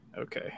Okay